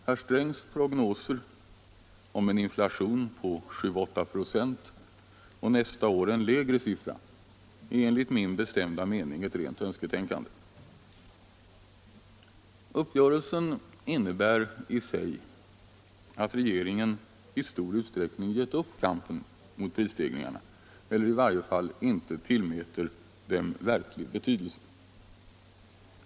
Herr Strängs prognoser om en inflation i år på 7 å 8 926 och nästa år en lägre siffra är enligt min bestämda mening ett rent önsketänkande. Uppgörelsen innebär i sig att regeringen i stor utsträckning har gett upp kampen mot prisstegringarna eller i varje fall inte tillmäter dem verklig betydelse.